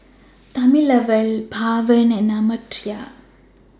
Thamizhavel Pawan and Amartya